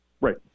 Right